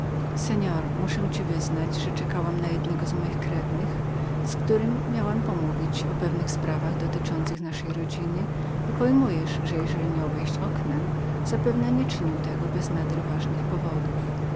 rzekła muszę panu wyznać że czekałam na jednego z moich krewnych z którym miałam pomówić o pewnych sprawach dotyczących naszej rodziny i pojmujesz pan że jeżeli miał wejść oknem zapewne nie byłby tego uczynił bez nader ważnych powodów